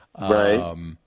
Right